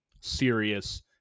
serious